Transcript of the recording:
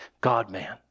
God-man